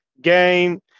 game